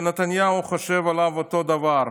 ונתניהו חושב עליו אותו דבר.